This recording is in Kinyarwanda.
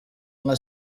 nka